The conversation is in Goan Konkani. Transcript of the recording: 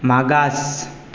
मागास